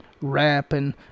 rapping